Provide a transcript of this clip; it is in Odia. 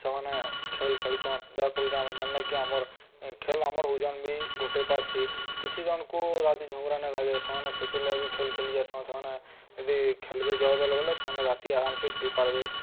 ସେମାନେ ଖେଲ୍ ଖେଲସନ୍ ଯାହାଫଳରେ ଆମେ ଜାଣିଲେ କି ଆମର୍ ଖେଲ ଆମର୍ ଓଜନ ବି ଘଟେଇ ପାର୍ସି କିଛି ଜଣକୁ ରାତିରେ ଝୁମୁରା ନାଇଁ ଲାଗେ ସେମାନେ ସେଥିରଲାଗି ବି ଖେଲ୍ ଖେଲି ଯାଇସନ୍ ସେମାନେ ଯଦି ଖେଲ୍ବେ ଜ ବେଲା ବଲେ ସେମାନେ ରାତି ଆରାମସେ ଶୁଇ ପାର୍ବେ